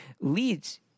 leads